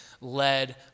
led